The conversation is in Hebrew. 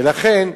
ולכן,